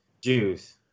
juice